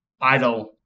IDLE